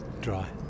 dry